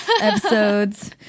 episodes